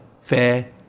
fair